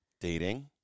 dating